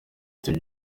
dufite